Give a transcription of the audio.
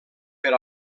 per